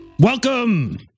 Welcome